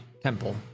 temple